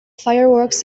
fireworks